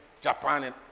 Japan